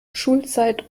schulzeit